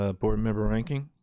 ah board member reinking?